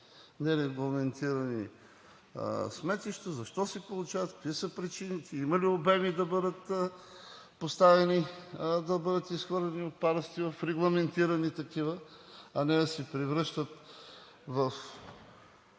нерегламентирани сметища: защо се получават, какви са причините, има ли обеми да бъдат поставени, да бъдат изхвърлени отпадъците в регламентирани такива, а не да се превръщат в